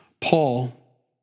Paul